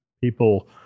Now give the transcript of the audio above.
People